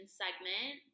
segment